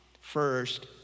First